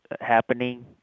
happening